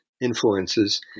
influences